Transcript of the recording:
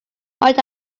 might